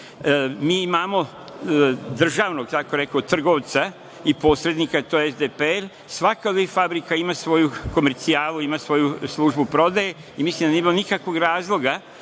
imamo državnog trgovca i posrednika, to je SDPR. Svaka od ovih fabrika ima svoju komercijalu, ima svoju službu prodaje i mislim da nije bilo nikakvog razloga